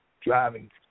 driving